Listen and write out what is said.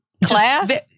Class